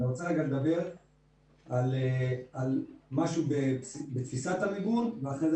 אני רוצה לדבר על משהו בתפיסת המיגון ואחרי זה